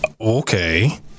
Okay